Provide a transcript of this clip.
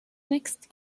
next